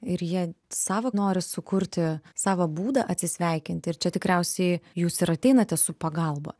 ir jie savo nori sukurti savo būdą atsisveikinti ir čia tikriausiai jūs ir ateinate su pagalba